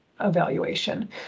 evaluation